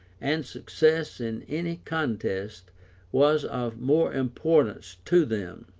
and success in any contest was of more importance to them.